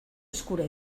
eskura